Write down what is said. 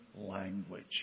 language